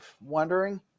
wondering